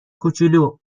کوچولو